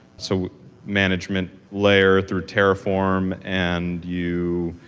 so management layer through terraform and you